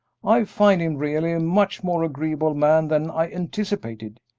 i find him really a much more agreeable man than i anticipated.